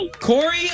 Corey